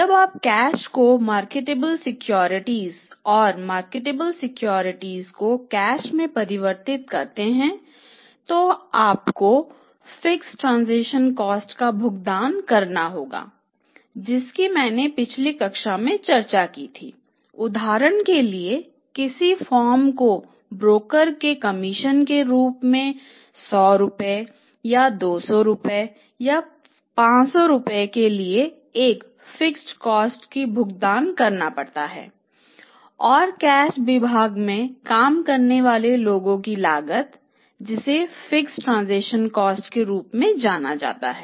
जब आप कैश को मार्केटेबल सिक्योरिटीज के रूप में जाना जाता है